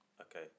Okay